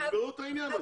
ותגמרו את העניין הזה.